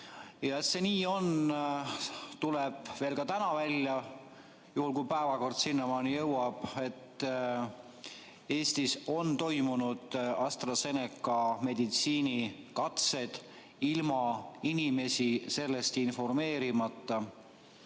Et see nii on, tuleb veel ka täna välja, juhul kui päevakord sinnamaani jõuab. Eestis on toimunud AstraZeneca meditsiinikatsed ilma inimesi sellest informeerimata.